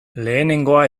lehenengoa